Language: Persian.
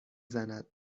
زند